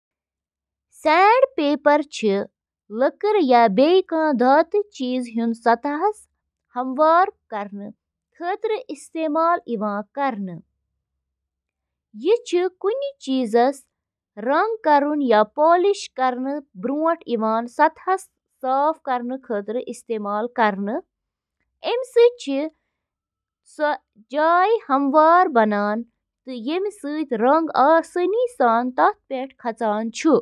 refrigerator چھِ فرج کِس أنٛدرِمِس حصہٕ پٮ۪ٹھ گرمی ہٹاونہٕ خٲطرٕ ریفریجرنٹُک بند نظام استعمال کٔرِتھ کٲم کران، یُس کھٮ۪ن تازٕ تھاوان چھُ: